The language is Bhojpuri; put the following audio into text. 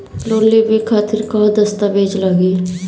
लोन लेवे खातिर का का दस्तावेज लागी?